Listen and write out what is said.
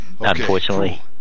unfortunately